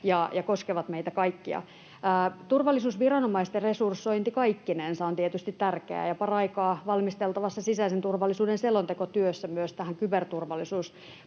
ja koskevat meitä kaikkia. Turvallisuusviranomaisten resursointi kaikkinensa on tietysti tärkeää, ja paraikaa valmisteltavassa sisäisen turvallisuuden selontekotyössä myös tähän kyberturvallisuuspuoleen